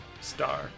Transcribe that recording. star